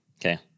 Okay